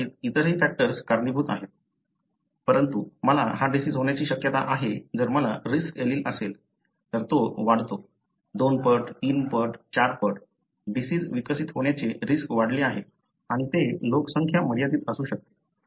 कदाचित इतरही फॅक्टर्स कारणीभूत आहेत परंतु मला हा डिसिज होण्याची शक्यता आहे जर मला रिस्क एलील असेल तर तो वाढतो दोन पट तीन पट चार पट डिसिज विकसित होण्याचे रिस्क वाढले आहे आणि तो लोकसंख्या मर्यादित असू शकते